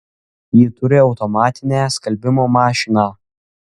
ji turi automatinę skalbimo mašiną